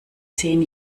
zehn